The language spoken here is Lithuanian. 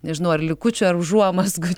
nežinau ar likučių ar užuomazgų